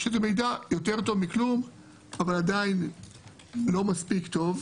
יש מידע והוא יותר טוב מכלום אבל עדיין לא מספיק טוב,